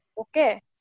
Okay